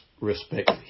respect